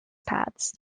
pats